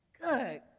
Good